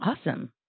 Awesome